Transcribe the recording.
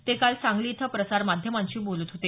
ते काल सांगली इथं प्रसारमाध्यमांशी ते बोलत होते